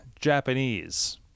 Japanese